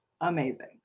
amazing